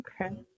Okay